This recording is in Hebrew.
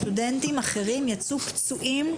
סטודנטים אחרים יצא פצועים,